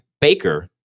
baker